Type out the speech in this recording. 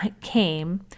came